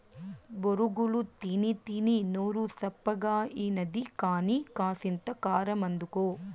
బొరుగులు తినీతినీ నోరు సప్పగాయినది కానీ, కాసింత కారమందుకో